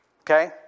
okay